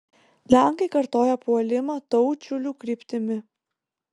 lenkai kartojo puolimą taučiulių kryptimi